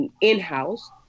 in-house